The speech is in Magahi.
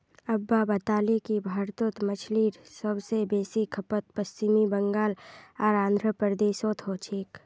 अब्बा बताले कि भारतत मछलीर सब स बेसी खपत पश्चिम बंगाल आर आंध्र प्रदेशोत हो छेक